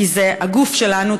כי זה הגוף שלנו,